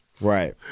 Right